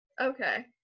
Okay